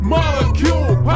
Molecule